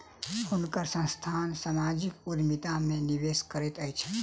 हुनकर संस्थान सामाजिक उद्यमिता में निवेश करैत अछि